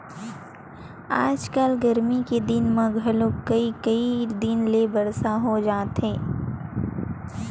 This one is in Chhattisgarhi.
आजकल गरमी के दिन म घलोक कइ कई दिन ले बरसा हो जाथे